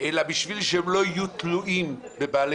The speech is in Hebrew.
אלא בשביל שהם לא יהיו תלויים בבעלי